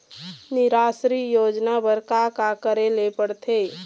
निराश्री योजना बर का का करे ले पड़ते?